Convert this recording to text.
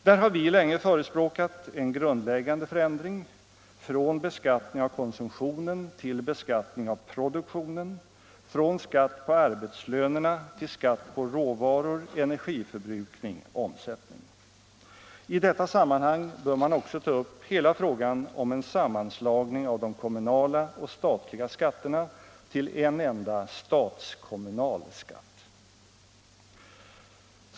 Där har vi länge förespråkat en grundläggande förändring: från beskattning av konsumtionen till beskattning av produktionen, från skatt på arbetslönerna till skatt på råvaror, energiförbrukning, omsättning. I detta sammanhang bör man också ta upp hela frågan om sammanslagning av de kommunala och statliga skatterna till en enda statskommunal skatt.